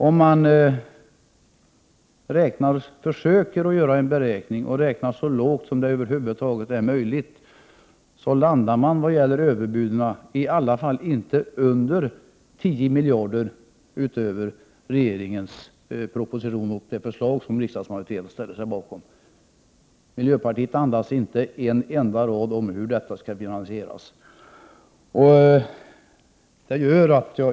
Om man försöker göra en så låg beräkning som det över huvud taget är möjligt, landar man vad gäller överbuden i varje fall inte under 10 miljarder kronor utöver regeringens förslag i propositionen, som riksdagsmajoriteten ställer sig bakom. Miljöpartiet andas inte ett enda ord om hur detta skall finansieras.